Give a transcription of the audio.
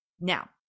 now